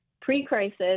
pre-crisis